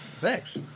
Thanks